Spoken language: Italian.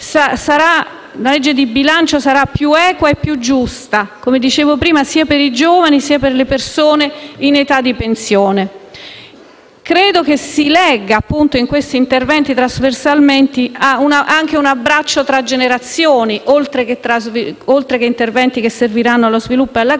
una legge di bilancio, che sarà più equa e più giusta, come ho detto, sia per i giovani, sia per le persone in età di pensione. Credo che si legga in questi interventi, trasversalmente, anche un abbraccio tra generazioni, oltre alle azioni che serviranno allo sviluppo e alla crescita,